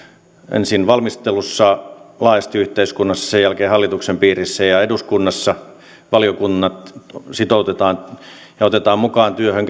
ensin valmistelussa laajasti yhteiskunnassa ja sen jälkeen hallituksen piirissä ja eduskunnassa valiokunnat sitoutetaan ja otetaan mukaan työhön